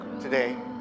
today